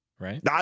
Right